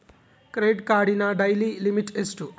Credit ಕಾರ್ಡಿನ daily limit ಎಷ್ಟು?